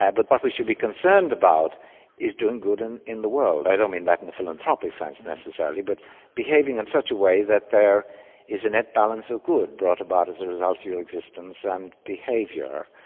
but what we should be concerned about is doing good in in the world. i don't mean that in a philanthropic sense necessarily, but behaving in such a way that there is a nett balance of good brought about as a result of your existence and behaviour.